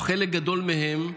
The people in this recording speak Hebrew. או חלק גדול מהן,